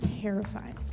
terrified